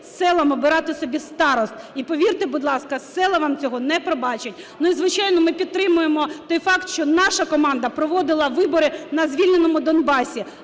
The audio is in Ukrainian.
селам обирати собі старост. І повірте, будь ласка, села вам цього не пробачать. Ну, і, звичайно, ми підтримуємо той факт, що наша команда проводила вибори на звільненому Донбасі,